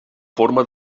forma